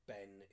Ben